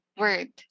word